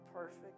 Perfect